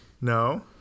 No